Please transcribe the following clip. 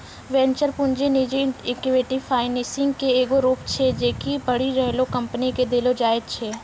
venture पूंजी निजी equity financing के एगो रूप छै जे कि बढ़ि रहलो कंपनी के देलो जाय छै